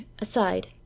aside